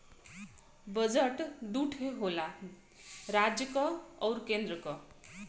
budget दू ठे होला राज्य क आउर केन्द्र क